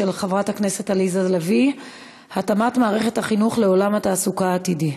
של חברת הכנסת עליזה לביא: התאמת מערכת החינוך לעולם התעסוקה העתידי.